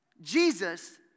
Jesus